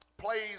plays